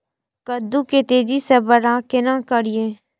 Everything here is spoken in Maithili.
कद्दू के तेजी से बड़ा केना करिए?